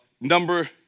Number